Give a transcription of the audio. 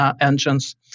engines